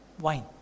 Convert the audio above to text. wine